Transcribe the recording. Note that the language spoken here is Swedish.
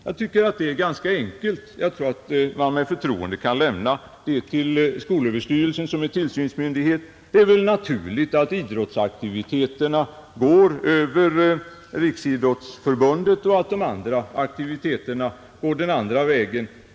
Jag tror att man med förtroende kan överlämna den saken till skolöverstyrelsen som ju är tillsynsmyndighet. Det är väl naturligt att idrottsaktiviteterna går över Riksidrottsförbundet och att de övriga aktiviteterna går den andra vägen.